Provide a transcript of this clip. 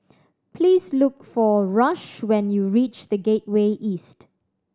please look for Rush when you reach The Gateway East